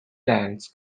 blanks